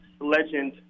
legend